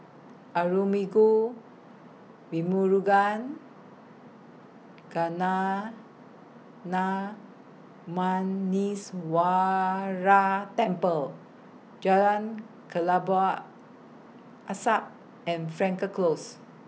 Arulmigu Velmurugan Gnanamuneeswarar Temple Jalan Kelabu Asap and Frankel Close